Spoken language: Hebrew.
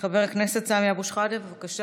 חבר הכנסת סמי אבו שחאדה, בבקשה.